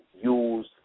use